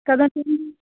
ਕਦੋਂ ਚਾਹੀਦੇ